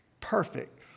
perfect